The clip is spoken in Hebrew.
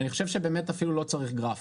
אני חושב שבאמת אפילו לא צריך גרף,